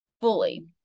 fully